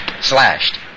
Slashed